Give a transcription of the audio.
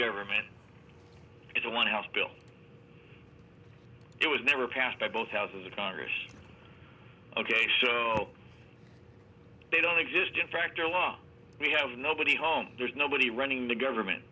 government is the one house bill it was never passed by both houses of congress ok so they don't exist in fact they're law we have nobody home there's nobody running the government